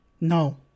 No